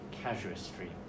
Casuistry